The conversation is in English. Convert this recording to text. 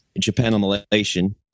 Japanimation